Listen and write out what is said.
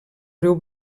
riu